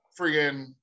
friggin